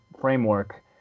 framework